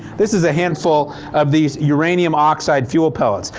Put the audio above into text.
this is a handful of these uranium-oxide fuel pellets.